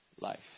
life